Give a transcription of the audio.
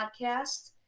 Podcast